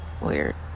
weird